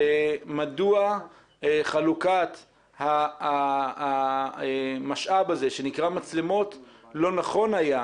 מדוע חלוקת המשאב הזה שנקרא מצלמות לא נכון היה,